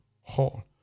hall